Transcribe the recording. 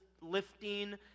lifting